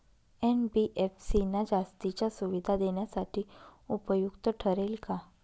NBFC ना जास्तीच्या सुविधा देण्यासाठी उपयुक्त ठरेल का?